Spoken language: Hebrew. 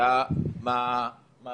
הודעה שאומרת לו